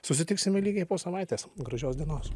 susitiksime lygiai po savaitės gražios dienos